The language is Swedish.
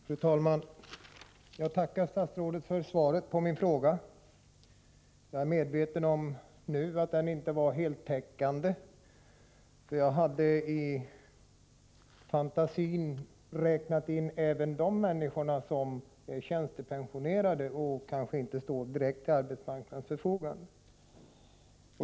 Fru talman! Jag tackar statsrådet för svaret på min fråga. Jag är nu medveten om att frågan inte var heltäckande. Jag hade räknat in även de människor som är tjänstepensionerade och kanske inte direkt står till arbetsmarknadens förfogande.